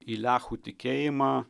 į lechų tikėjimą